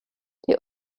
die